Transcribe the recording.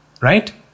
Right